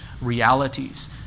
realities